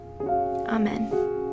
Amen